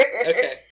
Okay